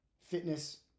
fitness